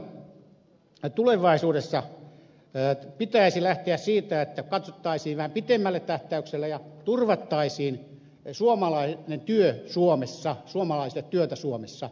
näin ollen tulevaisuudessa pitäisi lähteä siitä että katsottaisiin vähän pitemmällä tähtäyksellä ja turvattaisiin suomalainen työ suomalaisille työtä suomessa